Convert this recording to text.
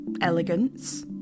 Elegance